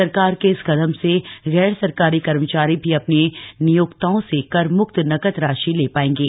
सरकार के इस कदम से गैर सरकारी कर्मचारी भी अ ने नियोक्ताओं से करमुक्त नकद राशि ले ाएंगे